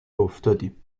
افتادیم